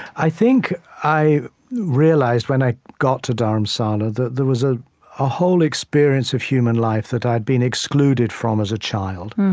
i think i realized, when i got to dharamshala, that there was ah a whole experience of human life that i'd been excluded from as a child.